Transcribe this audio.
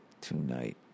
tonight